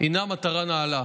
הינה מטרה נעלה.